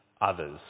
others